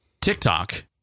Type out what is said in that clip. TikTok